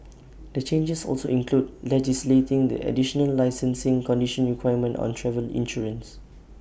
the changes also include legislating the additional licensing condition requirement on travel insurance